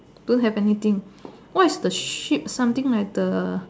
don't have anything what is the shape something like the